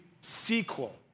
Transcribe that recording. sequel